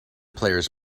players